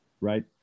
right